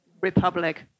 Republic